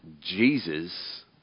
Jesus